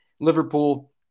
Liverpool